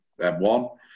M1